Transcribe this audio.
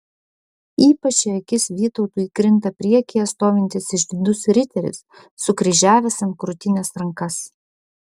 ypač į akis vytautui krinta priekyje stovintis išdidus riteris sukryžiavęs ant krūtinės rankas